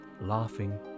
laughing